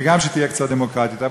וגם שתהיה קצת דמוקרטית.